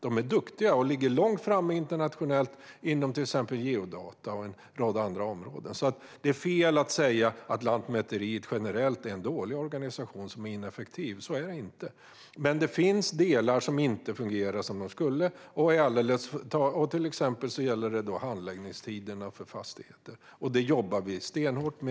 De är duktiga och ligger långt framme internationellt sett inom till exempel geodata och annat. Det är fel att säga att Lantmäteriet generellt är en dålig och ineffektiv organisation, för så är det inte. Det finns dock delar som inte fungerar som de borde. Det gäller exempelvis handläggningstiderna för fastigheter. Allt detta jobbar vi med stenhårt.